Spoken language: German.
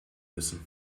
müssen